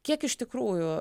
kiek iš tikrųjų